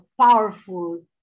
powerful